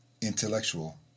intellectual